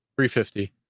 350